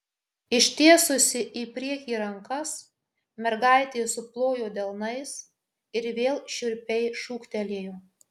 ištiesusi į priekį rankas mergaitė suplojo delnais ir vėl šiurpiai šūktelėjo